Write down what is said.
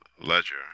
ledger